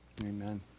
Amen